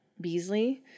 Beasley